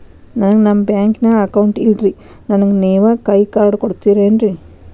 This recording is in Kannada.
ನನ್ಗ ನಮ್ ಬ್ಯಾಂಕಿನ್ಯಾಗ ಅಕೌಂಟ್ ಇಲ್ರಿ, ನನ್ಗೆ ನೇವ್ ಕೈಯ ಕಾರ್ಡ್ ಕೊಡ್ತಿರೇನ್ರಿ?